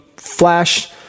flash